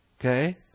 Okay